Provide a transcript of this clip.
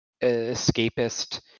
escapist